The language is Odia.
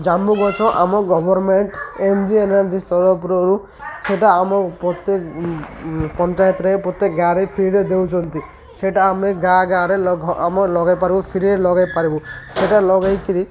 ଜାମୁ ଗଛ ଆମ ଗଭର୍ମେଣ୍ଟ ସ୍ତରଫରୁ ସେଟା ଆମ ପ୍ରତ୍ୟେକ ପଞ୍ଚାୟତରେ ପ୍ରତ୍ୟେକ ଗାଁରେ ଫ୍ରିରେ ଦେଉଛନ୍ତି ସେଟା ଆମେ ଗାଁ ଗାଁରେ ଲ ଆମ ଲଗେଇ ପାରିବୁ ଫ୍ରିରେ ଲଗେଇ ପାରିବୁ ସେଟା ଲଗେଇକିରି